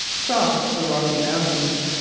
crossed the rocky mountains,